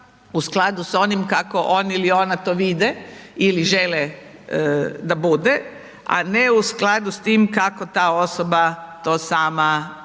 u skladu s onim kako on ili ona to vide ili žele da bude, a ne u skladu s tim kako ta osoba to sama